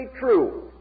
true